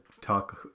talk